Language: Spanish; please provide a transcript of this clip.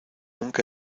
nunca